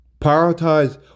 Prioritize